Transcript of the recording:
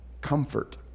Comfort